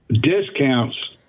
discounts